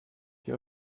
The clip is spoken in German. sie